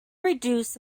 reduce